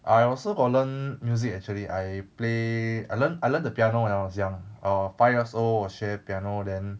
I also got learn music actually I play I learned I learned the piano when I was young err five years old 我学 piano then